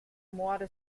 muore